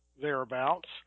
thereabouts